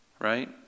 Right